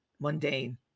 mundane